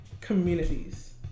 communities